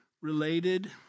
related